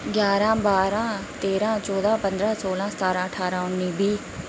ग्यारह बारां तेरां चौंदा पंदरां सोलां सतारां ठारां उन्नी बीह्